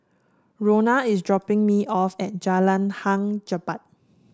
Rona is dropping me off at Jalan Hang Jebat